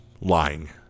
lying